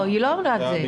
היא לא אמרה את זה.